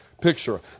picture